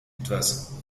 etwas